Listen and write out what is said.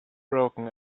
broken